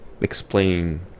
explain